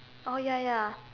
oh ya ya